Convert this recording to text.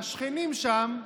השכנים שם,